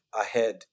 ahead